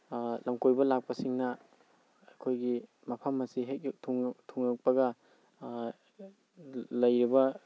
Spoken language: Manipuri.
ꯂꯝꯀꯣꯏꯕ ꯂꯥꯛꯄꯁꯤꯡꯅ ꯑꯩꯈꯣꯏꯒꯤ ꯃꯐꯝ ꯑꯁꯤ ꯍꯦꯛ ꯊꯨꯡꯉꯛꯄꯒ ꯂꯩꯔꯤꯕ